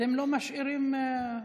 אתם לא משאירים מרווח,